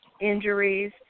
injuries